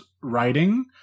writing